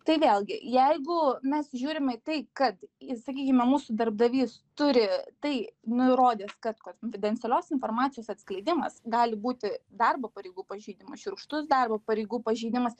tai vėlgi jeigu mes žiūrime į tai kad i sakykime mūsų darbdavys turi tai nurodęs kad konfidencialios informacijos atskleidimas gali būti darbo pareigų pažeidimas šiurkštus darbo pareigų pažeidimas